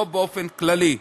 לא באופן כללי.